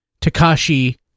Takashi